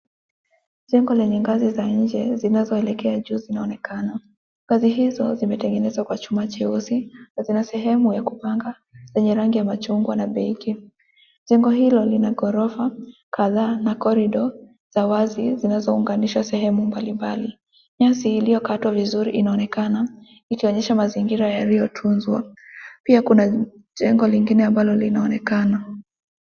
Jengo lenye ngazi za nje zinazoelekea juu zinaonekana . Ngazi hizo zimetengenezwa kwa chuma cheusi na zina sehemu ya kupanga zenye rangi ya machungwa na benki . Jengo hilo lina ghorofa kadhaa na corridor za wazi zinazounganisha sehemu mbalimbali. Nyasi iliyo katwa vizuri inaonekana ikionyesha mazingira yaliyotunzwa . Pia kuna jengo lingine ambalo linaonekana .